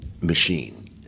machine